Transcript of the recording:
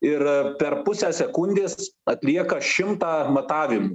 ir per pusę sekundės atlieka šimtą matavimų